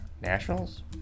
Nationals